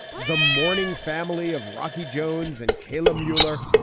the morning family of rocky jones and kayla mueller,